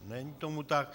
Není tomu tak?